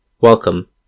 Welcome